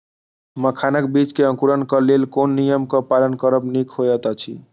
मखानक बीज़ क अंकुरन क लेल कोन नियम क पालन करब निक होयत अछि?